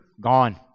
gone